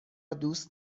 دوست